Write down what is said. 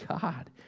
God